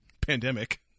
pandemic